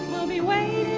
anyway,